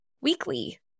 weekly